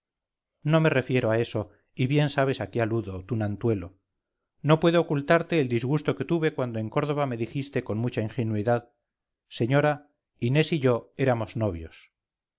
no me refiero a eso y bien sabes a qué aludo tunantuelo no puedo ocultarte el disgusto que tuve cuando en córdoba me dijiste con mucha ingenuidad señora inés y yo éramos novios